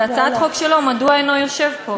זה הצעת חוק שלו, מדוע אינו יושב פה?